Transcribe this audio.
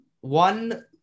One